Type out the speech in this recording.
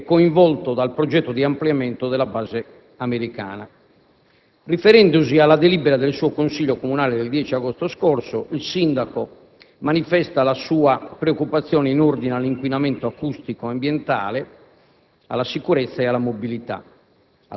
Comune che confina con Vicenza e coinvolto dal progetto di ampliamento della base americana. Riferendosi alla delibera del suo consiglio comunale del 10 agosto scorso, il Sindaco manifesta la sua preoccupazione in ordine all'inquinamento acustico ambientale,